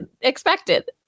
expected